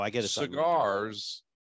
cigars